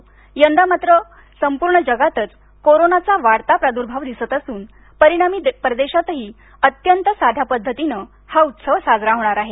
मात्र यंदा संपूर्ण जगातच कोरोनाचा वाढता प्रादूर्भाव दिसत असून परिणामी परदेशातही अत्यंत साध्या पद्धतीनं हा उत्सव साजरा होणार आहे